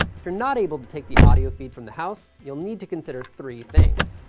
if you're not able to take the audio feed from the house, you'll need to consider three things.